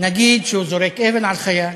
נגיד שהוא זורק אבן על חייל